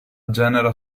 genera